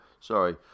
Sorry